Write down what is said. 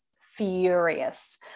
furious